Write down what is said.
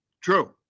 True